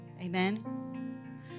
Amen